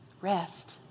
Rest